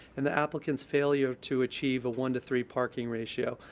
and the applicant's failure to achieve a one to three parking ration,